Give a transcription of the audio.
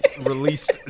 released